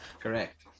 Correct